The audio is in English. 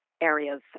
areas